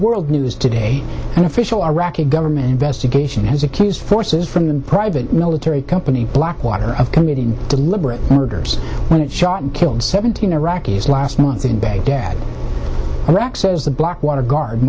world news today and official iraqi government investigation has accused forces from the private military company blackwater of committing deliberate murders when it shot and killed seventeen iraqis last month in baghdad iraq says the blackwater guard